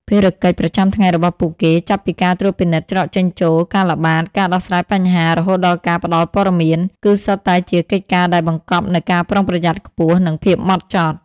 ភារកិច្ចប្រចាំថ្ងៃរបស់ពួកគេ ចាប់ពីការត្រួតពិនិត្យច្រកចេញចូល ការល្បាត ការដោះស្រាយបញ្ហា រហូតដល់ការផ្តល់ព័ត៌មាន គឺសុទ្ធតែជាកិច្ចការដែលបង្កប់នូវការប្រុងប្រយ័ត្នខ្ពស់ និងភាពម៉ត់ចត់។